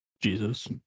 Jesus